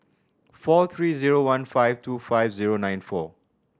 four three zero one five two five zero nine four